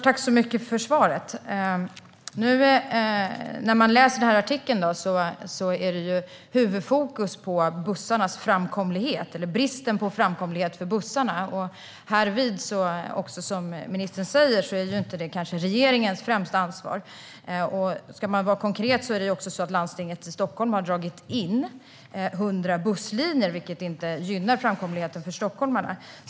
Herr talman! Tack för svaret! I artikeln finns huvudfokus på den bristande framkomligheten för bussarna. Precis som ministern säger är det kanske inte regeringens främsta ansvar. Konkret har landstinget i Stockholm dragit in 100 busslinjer, vilket inte gynnar framkomligheten för stockholmarna.